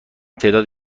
تعداد